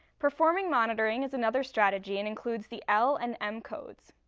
performing monitoring is another strategy and includes the l and m codes.